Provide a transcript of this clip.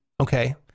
okay